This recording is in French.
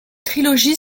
trilogie